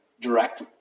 direct